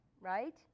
right